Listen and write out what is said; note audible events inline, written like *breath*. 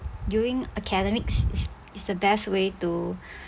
doing academics it's it's the best way to *breath*